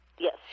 Yes